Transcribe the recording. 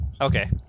Okay